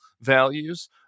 values